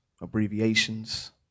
abbreviations